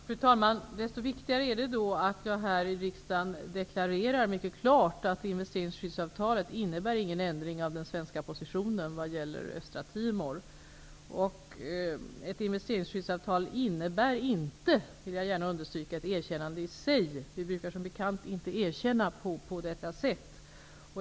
Fru talman! Desto viktigare är det att jag här i riksdagen mycket klart deklarerar att investeringsskyddsavtalet inte innebär någon ändring av den svenska positionen vad gäller Östtimor. Ett investeringsskyddsavtal innebär inte -- det vill jag gärna understryka -- ett erkännande i sig. Vi brukar som bekant inte erkänna på detta sätt.